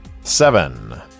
seven